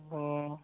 অঁ